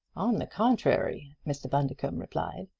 on the contrary, mr. bundercombe replied,